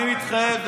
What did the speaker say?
אני מתחייב,